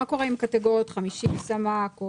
מה קורה עם קטגוריות 50 סמ"ק?